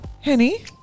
Henny